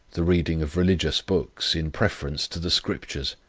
the reading of religious books in preference to the scriptures.